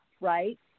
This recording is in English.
right